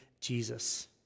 Jesus